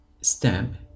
stamp